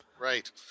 Right